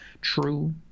true